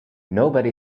nobody